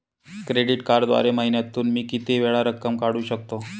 Credit कार्डद्वारे महिन्यातून मी किती वेळा रक्कम काढू शकतो?